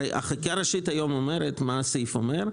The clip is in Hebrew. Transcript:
החקיקה הראשית היום אומרת, מה הסעיף אומר?